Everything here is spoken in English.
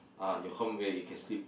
ah your home where you can sleep